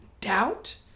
Doubt